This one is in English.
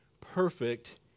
perfect